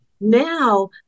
Now